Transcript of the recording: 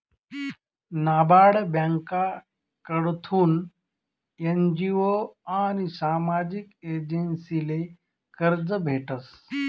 नाबार्ड ब्यांककडथून एन.जी.ओ आनी सामाजिक एजन्सीसले कर्ज भेटस